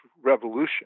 revolution